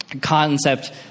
concept